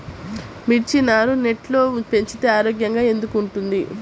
మిర్చి నారు నెట్లో పెంచితే ఆరోగ్యంగా ఎందుకు ఉంటుంది?